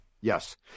Yes